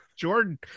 Jordan